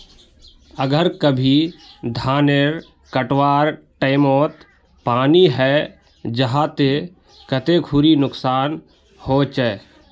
अगर कभी धानेर कटवार टैमोत पानी है जहा ते कते खुरी नुकसान होचए?